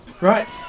right